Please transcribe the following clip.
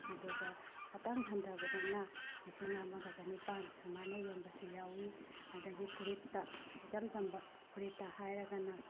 ꯑꯗꯨꯒ ꯈꯤꯇꯪ ꯍꯟꯊꯕꯗꯅ ꯂꯤꯁꯤꯡ ꯑꯃꯒ ꯆꯅꯤꯄꯥꯜ ꯁꯨꯃꯥꯏꯅ ꯌꯣꯟꯕꯁꯨ ꯌꯥꯎꯋꯤ ꯑꯗꯒꯤ ꯐꯨꯔꯤꯠꯇ ꯏꯆꯝ ꯆꯝꯕ ꯐꯨꯔꯤꯠꯇ ꯍꯥꯏꯔꯒꯅ